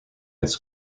its